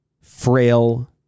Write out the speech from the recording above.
frail